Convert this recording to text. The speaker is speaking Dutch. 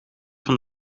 van